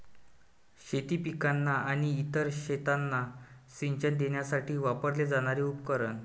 शेती पिकांना आणि इतर शेतांना सिंचन देण्यासाठी वापरले जाणारे उपकरण